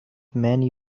many